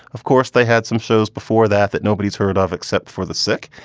of course, they had some shows before that that nobody's heard of except for the sick.